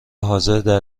حاضردر